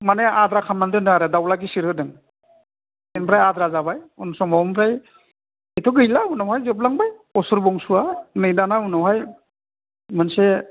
माने आद्रा खालामनानै दोन्दों आरो दाउला गिसिर होदों ओमफ्राय आद्रा जाबाय बे समाव ओमफ्राय बेथ' गैला उनावहाय जोबलांबाय असुर बंस'आ नै दाना उनावहाय मोनसे